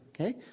okay